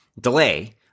delay